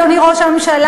אדוני ראש הממשלה,